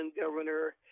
governor